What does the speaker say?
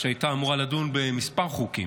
שהייתה אמורה לדון בכמה חוקים.